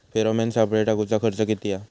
Pheromone सापळे टाकूचो खर्च किती हा?